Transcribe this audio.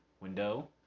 window